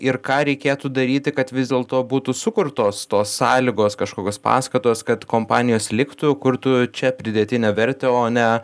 ir ką reikėtų daryti kad vis dėlto būtų sukurtos tos sąlygos kažkokios paskatos kad kompanijos liktų kurtų čia pridėtinę vertę o ne